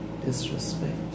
disrespect